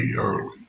early